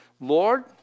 Lord